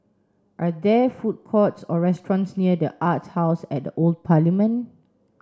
are there food courts or restaurants near the Arts House at the Old Parliament